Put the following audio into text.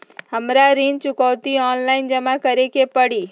हमरा ऋण चुकौती ऑनलाइन जमा करे के परी?